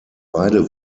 beide